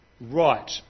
Right